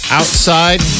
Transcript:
outside